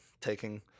taking